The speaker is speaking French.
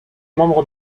membre